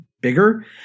bigger